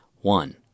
one